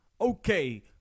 okay